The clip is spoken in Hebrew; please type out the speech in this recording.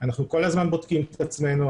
אנחנו כל הזמן בודקים את עצמנו,